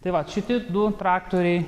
tai vat šiti du traktoriai